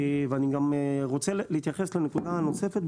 אני גם רוצה להתייחס לנקודה נוספת,